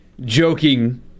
joking